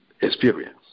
experience